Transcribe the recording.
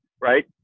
right